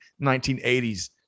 1980s